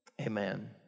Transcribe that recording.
amen